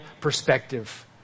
perspective